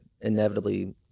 inevitably